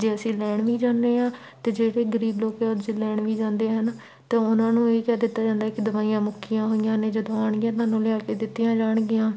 ਜੇ ਅਸੀਂ ਲੈਣ ਵੀ ਜਾਂਦੇ ਆ ਅਤੇ ਜਿਹੜੇ ਗਰੀਬ ਲੋਕ ਲੈਣ ਵੀ ਜਾਂਦੇ ਹਨ ਤਾਂ ਉਹਨਾਂ ਨੂੰ ਇਹ ਕਹਿ ਦਿੱਤਾ ਜਾਂਦਾ ਕਿ ਦਵਾਈਆਂ ਮੁੱਕੀਆਂ ਹੋਈਆਂ ਨੇ ਜਦੋਂ ਆਉਣਗੀਆਂ ਤੁਹਾਨੂੰ ਲਿਆ ਕੇ ਦਿੱਤੀਆਂ ਜਾਣਗੀਆਂ